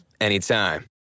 anytime